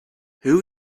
who